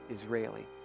Israeli